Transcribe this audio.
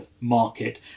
market